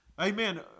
Amen